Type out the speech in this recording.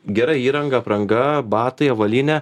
gera įranga apranga batai avalynė